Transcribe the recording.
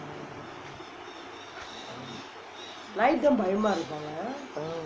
mm